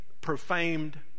profaned